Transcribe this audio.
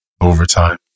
Overtime